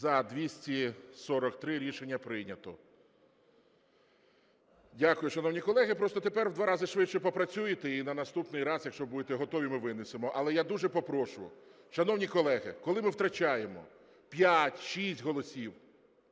За-243 Рішення прийнято. Дякую, шановні колеги. Просто тепер в два рази швидше попрацюєте і на наступний раз, якщо будете готові, ми винесемо. Але я дуже попрошу, шановні колеги, коли ми втрачаємо п'ять-шість